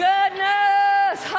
Goodness